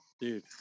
Dude